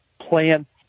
plants